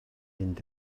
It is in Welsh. mynd